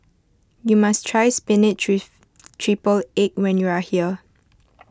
you must try Spinach with Triple Egg when you are here